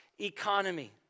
economy